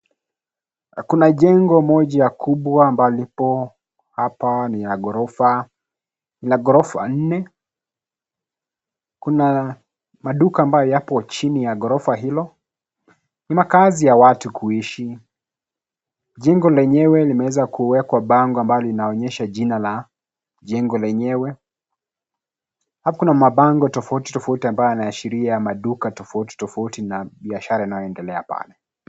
Kuna jengo moja kubwa ambalo liko hapa lina gorofa nne. Kuna maduka ambayo yapo chini ya gorofa hilo. Ni makazi ya watu kuishi. Jengo lenyewe limeweza kuwekwa bango ambalo linaonyesha jina la jengo lenyewe. Alafu kuna mabango tofauti, tofauti ambayo yanaashiria maduka tofauti tofauti na bishara inayoendelea pale.